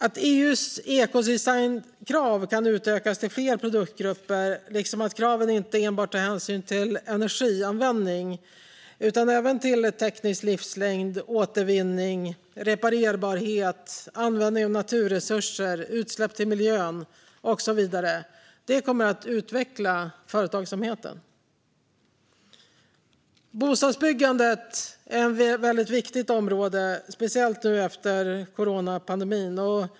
Att EU:s ekodesignkrav kan utökas till fler produktgrupper liksom att kraven inte enbart tar hänsyn till energianvändning utan även till teknisk livslängd, återvinning, reparerbarhet, användning av naturresurser, utsläpp till miljön och så vidare kommer att utveckla företagsamheten. Bostadsbyggandet är ett viktigt område, särskilt efter coronapandemin.